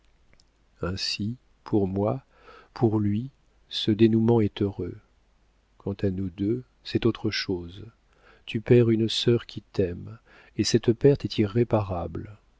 ainsi pour moi pour lui ce dénouement est heureux quant à nous deux c'est autre chose tu perds une sœur qui t'aime et cette perte est irréparable